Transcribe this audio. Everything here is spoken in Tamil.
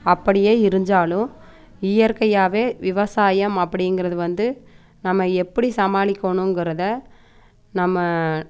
அப்படியே இருந்சாலும் இயற்கையாகவே விவசாயம் அப்படிங்கறது வந்து நம்ம எப்படி சமாளிக்கணுங்கிறத நம்ம